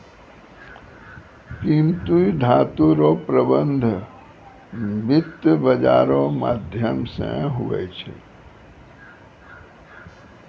कीमती धातू रो प्रबन्ध वित्त बाजारो रो माध्यम से हुवै छै